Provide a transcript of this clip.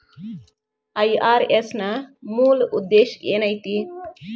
IRS ನ ಮೂಲ್ ಉದ್ದೇಶ ಏನೈತಿ?